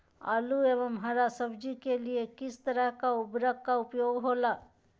आलू एवं हरा सब्जी के लिए किस तरह का उर्वरक का उपयोग होला?